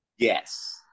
Yes